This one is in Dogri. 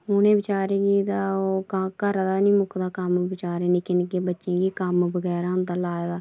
उ'नें बेचारें गी तां ओह् घरा दा नी मुकदा कम्म बेचारे निक्के निक्के बच्चें गी कम्म बगैरा होंदा लाए दा